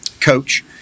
coach